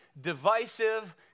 divisive